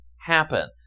happen